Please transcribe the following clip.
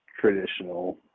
traditional